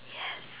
yes